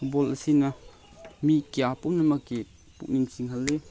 football ꯑꯁꯤꯅ ꯃꯤ ꯀꯌꯥ ꯄꯨꯝꯅꯃꯛꯀꯤ ꯄꯨꯛꯅꯤꯡ ꯆꯤꯡꯍꯜꯂꯤ